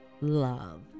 love